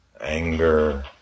Anger